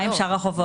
מה עם שאר החובות?